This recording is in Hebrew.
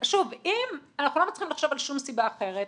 אם אנחנו לא מצליחים לחשוב על סיבה אחרת